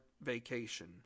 vacation